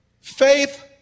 Faith